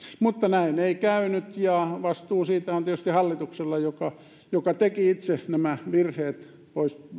mutta näin ei käynyt ja vastuu siitä on tietysti hallituksella joka joka teki itse nämä virheet